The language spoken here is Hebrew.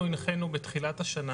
אנחנו הנחינו בתחילת השנה